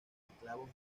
esclavos